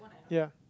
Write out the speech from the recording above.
ya